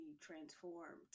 transformed